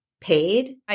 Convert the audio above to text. paid